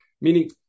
meaning